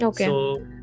Okay